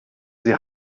sie